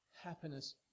Happiness